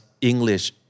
English